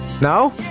No